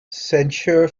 censure